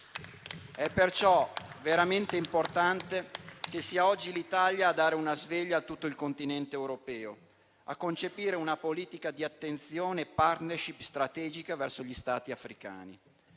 È perciò veramente importante che sia oggi l'Italia a dare una sveglia a tutto il continente europeo, a concepire una politica di attenzione e *partnership* strategica verso gli Stati africani.